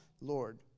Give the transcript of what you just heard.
Lord